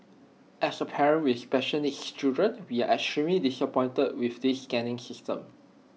as A parent with special needs children we are extremely disappointed with this scanning system